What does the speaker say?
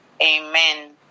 Amen